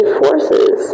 forces